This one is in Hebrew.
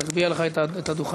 תגביה לך את הדוכן.